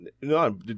No